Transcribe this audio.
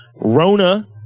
Rona